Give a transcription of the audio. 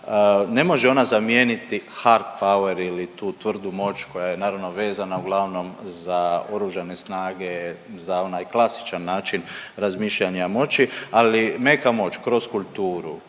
ne može ona zamijeniti hard power ili tu tvrdu moć koja je naravno vezana uglavnom za Oružane snage, za onaj klasičan način razmišljanja moći, ali meka moć kroz kulturu,